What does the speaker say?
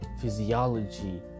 physiology